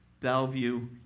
Bellevue